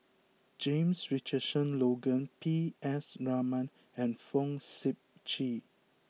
James Richardson Logan P S Raman and Fong Sip Chee